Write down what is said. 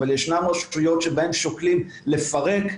אבל ישנן רשויות שבהן שוקלים לפרק,